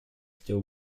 still